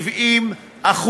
ל-170%,